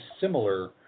similar